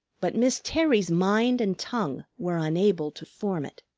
but miss terry's mind and tongue were unable to form it.